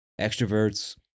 Extroverts